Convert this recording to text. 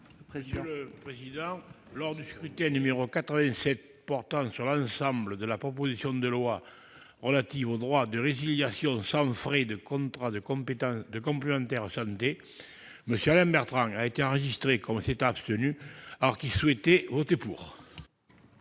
Monsieur le président, lors du scrutin n° 87, portant sur l'ensemble de la proposition de loi relative au droit de résiliation sans frais de contrats de complémentaire santé, M. Alain Bertrand a été enregistré comme s'étant abstenu, alors qu'il souhaitait voter pour.